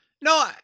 No